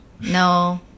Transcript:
no